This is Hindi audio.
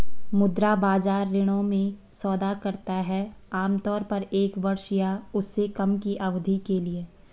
मुद्रा बाजार ऋणों में सौदा करता है आमतौर पर एक वर्ष या उससे कम की अवधि के लिए